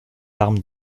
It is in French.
armes